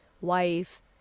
wife